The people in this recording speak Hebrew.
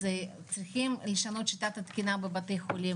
אז צריכים לשנות את שיטת התקינה בבית החולים,